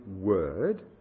word